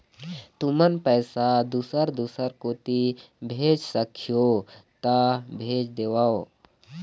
तुमन पैसा दूसर दूसर कोती भेज सखीहो ता भेज देवव?